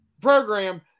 program